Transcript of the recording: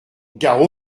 gare